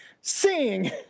Sing